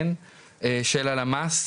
של הלמ"ס,